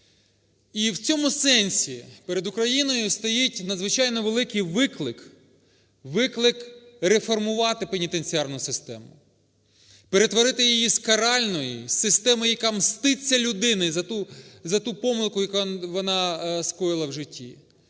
І в цьому сенсі перед Україною стоїть надзвичайно великий виклик – виклик реформувати пенітенціарну систему, перетворити її з каральної, з системи, яка мститься людині за ту, за ту помилку, яку вона скоїла в житті,